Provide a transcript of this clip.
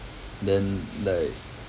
then like